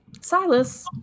Silas